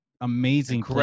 amazing